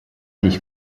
dich